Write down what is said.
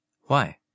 Why